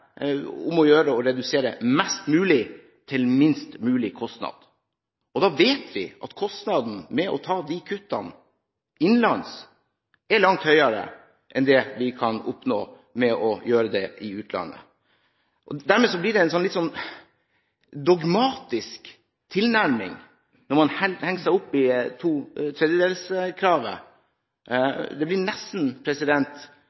om å gjøre å redusere mest mulig til minst mulig kostnad, og da vet vi at kostnaden ved å ta de kuttene innenlands er langt høyere enn det vi kan oppnå ved å gjøre det i utlandet. Dermed blir det en litt dogmatisk tilnærming når man helt har hengt seg opp i